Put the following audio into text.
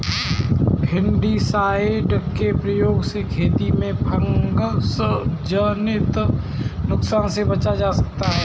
fungicide के प्रयोग से खेती में फँगसजनित नुकसान से बचा जाता है